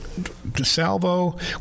DeSalvo